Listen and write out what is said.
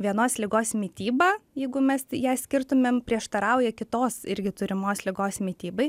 vienos ligos mityba jeigu mes tai ją skirtumėm prieštarauja kitos irgi turimos ligos mitybai